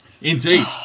Indeed